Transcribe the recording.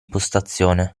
postazione